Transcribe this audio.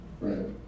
Right